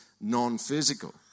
non-physical